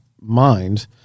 mind